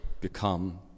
become